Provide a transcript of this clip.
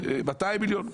כמה, 200 מיליון?